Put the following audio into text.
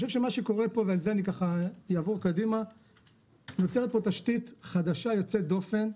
מה שקורה פה, נוצרת פה תשתית חדשה יוצאת דופן,